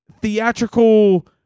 theatrical